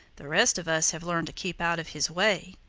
the rest of us have learned to keep out of his way.